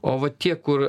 o va tie kur